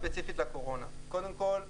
ספציפית לקורונה - קודם כול,